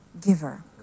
giver